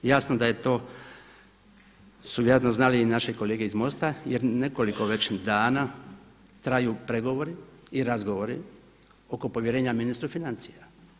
Jasno da je to su vjerojatno znali i naše kolege iz MOST-a jer nekoliko već dana traju pregovori i razgovori oko povjerenja ministru financija.